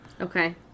Okay